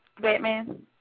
Batman